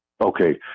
Okay